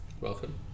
Welcome